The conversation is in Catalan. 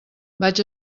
vaig